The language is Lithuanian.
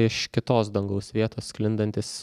iš kitos dangaus vietos sklindantis